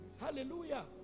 Hallelujah